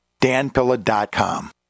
danpilla.com